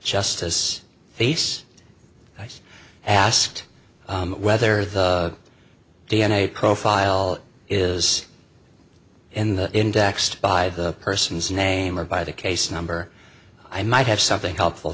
justice face was asked whether the d n a profile is in the indexed by the person's name or by the case number i might have something helpful